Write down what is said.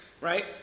right